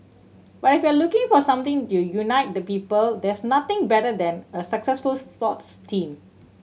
but if you're looking for something to unite the people there's nothing better than a successful sports team